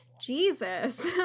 Jesus